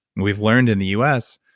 we've learned in the u s.